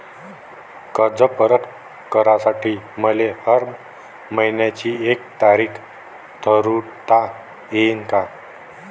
कर्ज परत करासाठी मले हर मइन्याची एक तारीख ठरुता येईन का?